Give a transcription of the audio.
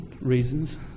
reasons